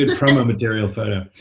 but promo material photo.